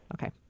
Okay